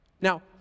Now